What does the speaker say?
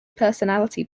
personality